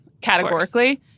categorically